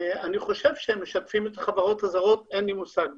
ואני חושב שהם משתפים את החברות הזרות אין לי מושג בזה.